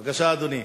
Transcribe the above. בבקשה, אדוני.